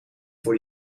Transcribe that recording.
voor